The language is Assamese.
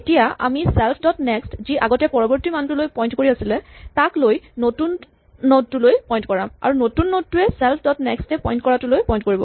এতিয়া আমি চেল্ফ ডট নেক্স্ট যি আগতে পৰৱৰ্তী মানটোলৈ পইন্ট কৰি আছিলে তাক লৈ নতুন নড টোলৈ পইন্ট কৰাম আৰু নতুন নড টোৱে চেল্ফ ডট নেক্স্ট এ পইন্ট কৰাটোলৈ পইন্ট কৰিব